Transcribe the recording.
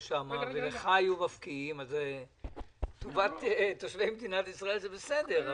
שם וממך היו מפקיעים טובת תושבי מדינת ישראל זה בסדר,